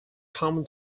common